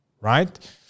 right